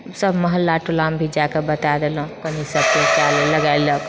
सभ महल्ला टोलामे भी जाए कऽ बताए देलौ कनि लगैलक